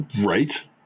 right